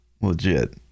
legit